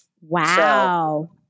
Wow